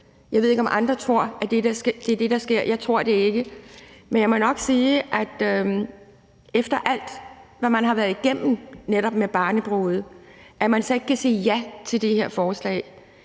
Jeg ved ikke, om andre tror, at det er det, der sker. Jeg tror det ikke. Men jeg må nok sige: Efter alt, man har været igennem med netop barnebrude, overrasker det mig trods alt